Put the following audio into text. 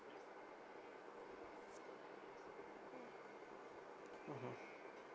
mmhmm